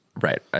Right